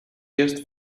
jest